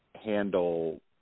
handle